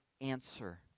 answer